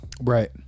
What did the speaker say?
right